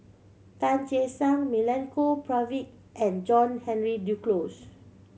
Tan Che Sang Milenko Prvacki and John Henry Duclos